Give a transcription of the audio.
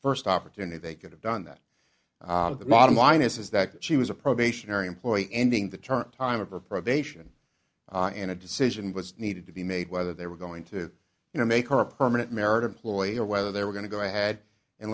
first opportunity they could have done that the bottom line is is that she was a probationary employee ending the term time of her probation and a decision was needed to be made whether they were going to you know make her a permanent merit employee or whether they were going to go i had and